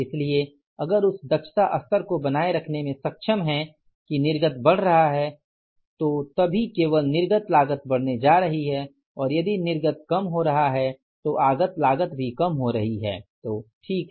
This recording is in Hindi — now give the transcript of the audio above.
इसलिए अगर उस दक्षता स्तर को बनाए रखने में सक्षम हैं कि निर्गत बढ़ रहा है तो तभी केवल निर्गत लागत बढ़ते जा रही है और यदि निर्गत कम हो रहा है तो आगत लागत भी कम हो रही है तो ठीक है